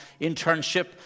internship